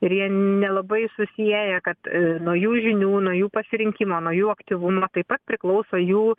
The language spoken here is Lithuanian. ir jie nelabai susieja kad nuo jų žinių nuo jų pasirinkimo nuo jų aktyvumo taip pat priklauso jų